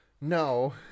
No